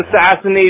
assassinated